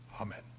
Amen